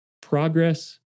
progress